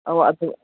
ꯑꯧ ꯑꯗꯨ